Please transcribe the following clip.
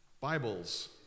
Bibles